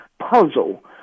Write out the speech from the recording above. puzzle